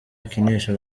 akinisha